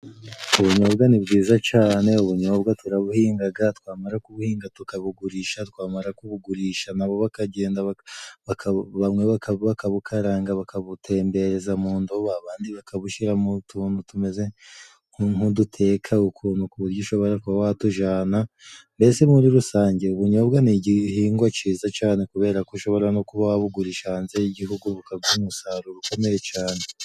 Ubunyobwa ni bwiza cane. ubunyobwa turabuhingaga, twamara kubuhinga, tukabugurisha, twamara kubugurisha, na bo bakagenda, bamwe bakabukaranga bakabutembereza mu ndobo, abandi bakabushyira mu tuntu tumeze nk'udutekawe ukuntu ku buryo ushobora kuba watujana, mbese muri rusange, ubunyobwa ni igihingwa ciza cane kubera ko ushobora no kuba wabugurisha hanze y'igihugu bukaguha umusaruro ukomeye cane.